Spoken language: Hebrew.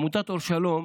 בעמותת אור שלום,